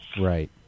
Right